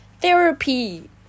Therapy